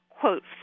quotes